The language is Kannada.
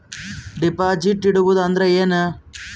ಡೆಪಾಜಿಟ್ ಇಡುವುದು ಅಂದ್ರ ಏನ?